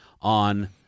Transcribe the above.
on